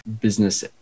business